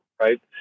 right